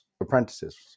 apprentices